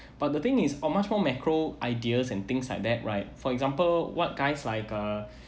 but the thing is uh much more macro ideas and things like that right for example what guys like uh